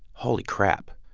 holy crap.